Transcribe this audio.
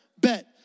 Bet